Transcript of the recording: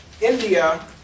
India